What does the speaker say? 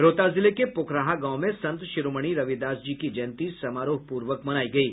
रोहतास जिले के पोखराहा गांव में संत शिरोमणि रविदास जी की जयंती समारोहपूर्वक मनायी गयी